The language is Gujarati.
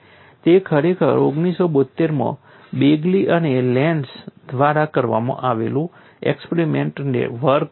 તે ખરેખર 1972 માં બેગલી અને લેન્ડ્સ દ્વારા કરવામાં આવેલું એક્સપેરિમેન્ટલ વર્ક હતું